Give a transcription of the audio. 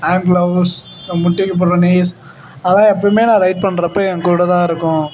hand gloves அப்புறம் முட்டிக்கு போட்டுற நீஸ் அதெல்லாம் எப்பயுமே நான் ரைட் பண்ணுறப்ப என் கூட தான் இருக்கும்